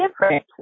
different